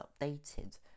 updated